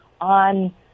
on